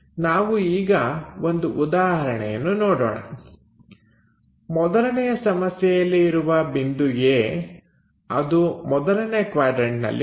ನಾವು ಈಗ ಒಂದು ಉದಾಹರಣೆಯನ್ನು ನೋಡೋಣ ಮೊದಲನೆಯ ಸಮಸ್ಯೆಯಲ್ಲಿ ಇರುವ ಬಿಂದು A ಅದು ಮೊದಲನೇ ಕ್ವಾಡ್ರನ್ಟನಲ್ಲಿದೆ